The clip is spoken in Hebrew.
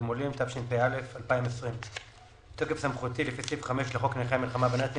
בתוקף סמכותי לפי סעיף 5 לחוק נכי המלחמה בנאצים